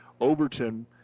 Overton